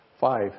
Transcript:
five